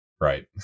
Right